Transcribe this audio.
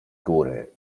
góry